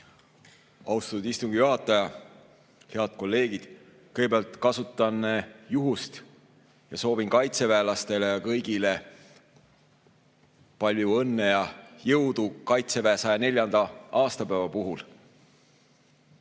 Austatud istungi juhataja! Head kolleegid! Kõigepealt kasutan juhust ja soovin kaitseväelastele ja kõigile [teistele] palju õnne ja jõudu Kaitseväe 104. aastapäeva puhul.